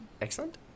excellent